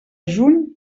juny